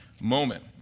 moment